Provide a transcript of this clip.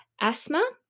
asthma